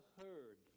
heard